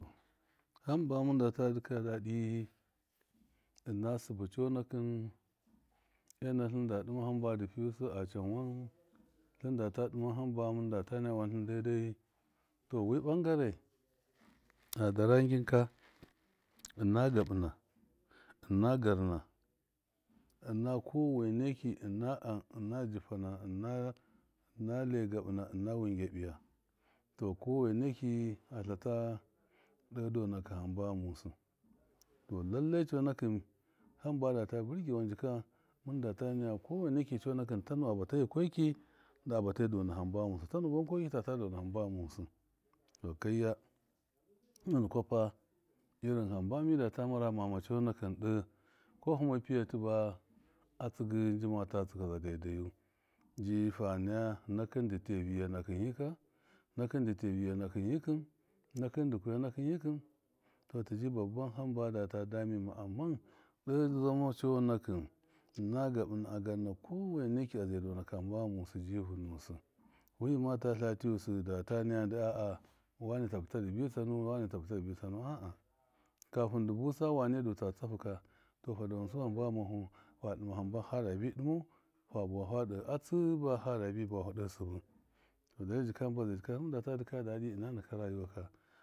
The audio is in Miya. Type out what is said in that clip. Hamba mɨndata, dikɔya kɔdi ɨna sɨbɨ cɔnakɨn ina tlɨnda dɨma hamba dɨ piyusɨ a canwan tlɨndata tlɨn daida, tɔwɨ bangare adare ngin ka, ina gabɨna ina gana, ina kɔwɔnɔ ki, ɨna am, ina jifana, ina- ina lai gaɨna ina wɨn gyabiya, tɔ kɔwene ki a tlata, de dɔnakṫ hamba ghama, sɨ tɔ lallai cɔnakṫ, hamba da ta birgewan jika mɨnda nay kɔweneki cɔnakɨn tanu a bafa yikski, nda a bata dɔna hamba ghamusɨ, tanu wankaki tata dɔns hamba ghamusɨ, tɔ kayya su- ndṫ kwapa irin hamba midata marau ghama ma cɔnakɨn, ɗe kɔ hɨma piyatɨ ba a tsɨgɨndimata tstgaza daidayu, ji fa naya nakɨn dɨ tiya ⱱiyya nakɨn yika, nakɨn dɨ tiya ⱱiyya nakɨn yikɨn, tɔ tɨji baban hamba data da mema, amman de zama cɔnakɨm, kɨnɨna garna a ga bɨna kɔweneki a zai dɔna kɨ hamba ghamusɨ ji vɨnusɨ wima ta tla tiyusɨ data naya ndu wane ta bɨta dibi tsana, wane ta bɨta dibi tsanu, a- a kafɨn dɨ busa wane du ta tsafuka, tɔfa dɔnusa hamba ghamafu, fa dɨma hamba fada bi dɨmau fa bawa fa de a tsɨ bafa da bi bawafu de sɨbɨ.